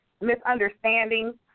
misunderstandings